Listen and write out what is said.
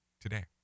today